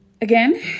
again